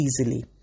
easily